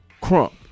Crump